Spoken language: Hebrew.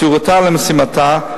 מסירותה למשימתה,